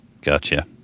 Gotcha